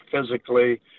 physically